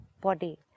body